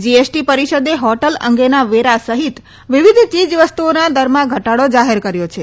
GST પરિષદે hotel અંગેના વેરા સહિત વિવિધ યીજવસ્તુઓના દરમાં ઘટાડો જાહેર કર્યો છે